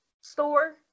store